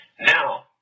Now